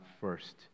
first